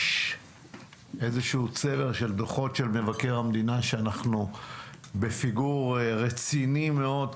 יש איזשהו צבר של דוחות של מבקר המדינה שאנחנו בפיגור רציני מאוד.